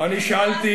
שאלתי